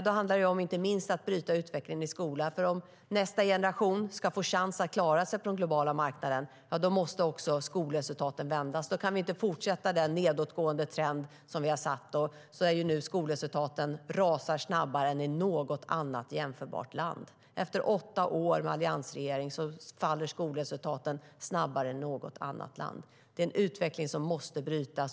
Det gäller inte minst att bryta utvecklingen i skolan. Om nästa generation ska få chansen att klara sig på den globala marknaden måste också skolresultaten vändas. Då kan vi inte fortsätta den nedåtgående trend som vi har sett, där skolresultaten rasar snabbare än i något annat jämförbart land. Efter åtta år med alliansregering faller skolresultaten i Sverige snabbare än i något annat land. Det är en utveckling som måste brytas.